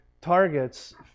targets